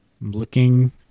looking